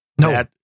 No